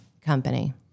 company